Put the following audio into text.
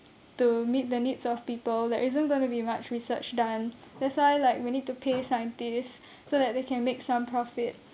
to meet the needs of people there isn't going to be much research done that's why like we need to pay scientists so that they can make some profit and